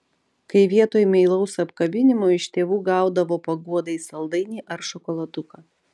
kai vietoj meilaus apkabinimo iš tėvų gaudavo paguodai saldainį ar šokoladuką